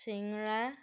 চিঙৰা